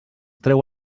treu